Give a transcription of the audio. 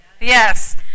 Yes